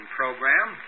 program